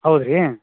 ಹೌದು ರೀ